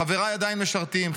חבריי עדיין משרתים,